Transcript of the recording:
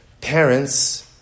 parents